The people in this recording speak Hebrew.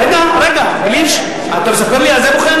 אין חיסכון, רגע, אתה מספר לי?